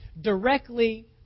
directly